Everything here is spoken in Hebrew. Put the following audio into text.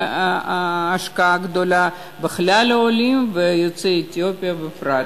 השקעה גדולה בעולים בכלל וביוצאי אתיופיה בפרט.